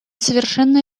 совершенно